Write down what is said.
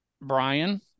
Brian